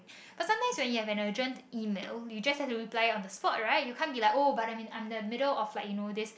cause sometimes when you have an urgent email you just have to reply it on the spot right you can't be like oh but I'm in I'm in the middle of you know this